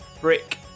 Brick